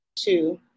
two